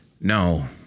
no